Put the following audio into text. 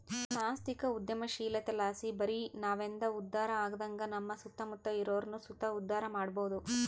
ಸಾಂಸ್ಥಿಕ ಉದ್ಯಮಶೀಲತೆಲಾಸಿ ಬರಿ ನಾವಂದೆ ಉದ್ಧಾರ ಆಗದಂಗ ನಮ್ಮ ಸುತ್ತಮುತ್ತ ಇರೋರ್ನು ಸುತ ಉದ್ಧಾರ ಮಾಡಬೋದು